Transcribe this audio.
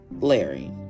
Larry